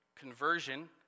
conversion